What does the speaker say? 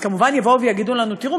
אז כמובן יבואו ויגידו לנו: תראו,